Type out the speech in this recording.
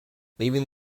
leaving